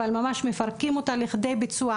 אבל ממש מפרקים אותה לכדי ביצוע.